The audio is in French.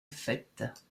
faite